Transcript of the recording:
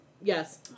Yes